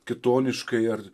kitoniškai ar